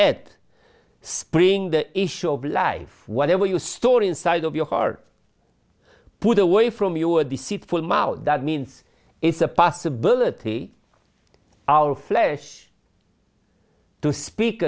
ed spring the issue of life whatever you store inside of your heart put away from your deceitful mouth that means it's a possibility our flesh to speak